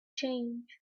change